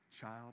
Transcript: child